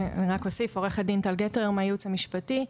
אני מהייעוץ המשפטי.